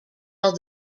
held